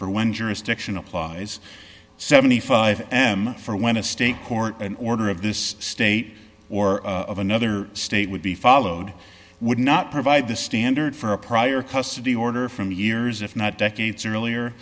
for one jurisdiction applies seventy five dollars m for when a state court order of this state or of another state would be followed would not provide the standard for a prior custody order from years if not decades